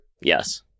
Yes